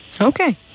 Okay